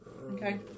Okay